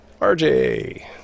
RJ